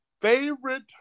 favorite